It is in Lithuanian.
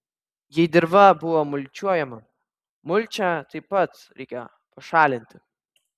jei dirva buvo mulčiuojama mulčią taip pat reikia pašalinti